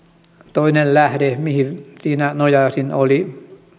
toinen lähde mihin siinä nojasin oli